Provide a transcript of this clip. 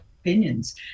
Opinions